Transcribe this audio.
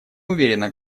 уверена